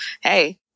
hey